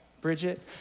Bridget